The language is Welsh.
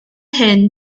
hyn